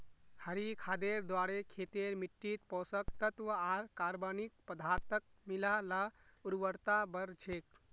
हरी खादेर द्वारे खेतेर मिट्टित पोषक तत्त्व आर कार्बनिक पदार्थक मिला ल उर्वरता बढ़ छेक